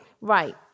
Right